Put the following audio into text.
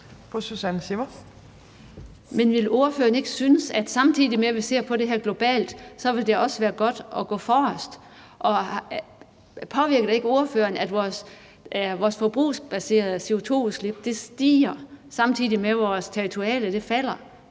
Men vil ordføreren ikke mene, at samtidig med at vi ser på det her globalt, ville det også være godt at gå forrest? Og påvirker det ikke ordføreren, at vores forbrugsbaserede CO2-udslip stiger, samtidig med at vores territoriale falder?